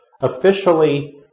officially